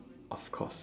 of course